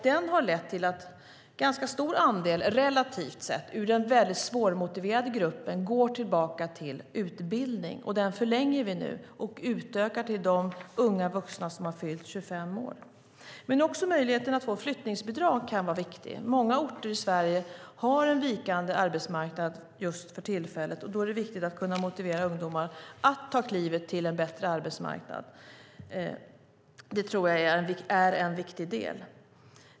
Den har lett till att en relativt sett ganska stor andel ur den väldigt svårmotiverade gruppen går tillbaka till utbildning. Vi förlänger nu den och utökar den till de unga vuxna som fyllt 25 år. Också möjligheten att få flyttningsbidrag kan vara viktig. Många orter har en vikande arbetsmarknad för tillfället, och då är det viktigt att kunna motivera ungdomar att ta klivet till en bättre arbetsmarknad. Det tror jag är en viktig del.